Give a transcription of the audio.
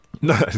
No